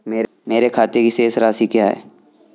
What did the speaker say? मेरे खाते की शेष राशि क्या है?